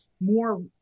more